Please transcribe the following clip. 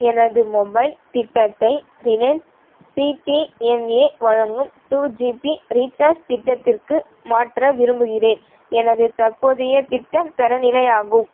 எனது மொபைல் திட்டத்தை Reliance CDMA வழங்கும் டூ ஜிபி ரீசார்ஜ் திட்டத்திற்கு மாற்ற விரும்புகிறேன் எனது தற்போதைய திட்டம் தரநிலை ஆகும்